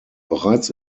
bereits